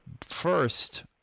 first